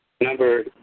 number